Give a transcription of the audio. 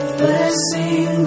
blessing